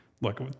look